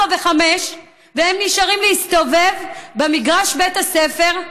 ו-17:00 והם נשארים להסתובב במגרש בית הספר,